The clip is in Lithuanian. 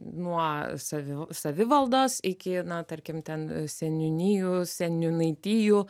nuo saviv savivaldos iki na tarkim ten seniūnijų seniūnaitijų